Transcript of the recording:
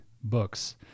books